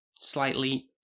slightly